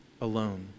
alone